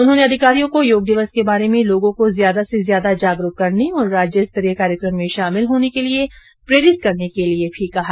उन्होंने अधिकारियों को योग दिवस के बारे में लोगों को ज्यादा से ज्यादा जागरूक करने और राज्यस्तरीय कार्यक्रम में शामिल होने के लिए प्रेरित करने के भी निर्देश दिये